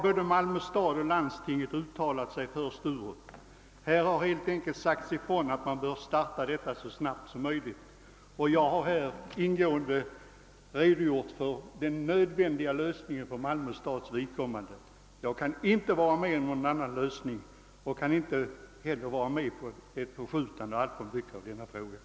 Både Malmö stad och landstinget har uttalat sig för Sturup; man bar helt enkelt sagt ifrån att detta projekt bör startas så snart som möjligt, och jag har här ingående redogjort för vad som är den nödvändiga lösningen för Malmö stads vidkommande. Jag kan inte acceptera någon annan lösning och jag kan inte heller acceptera att frågan skjuts på framtiden.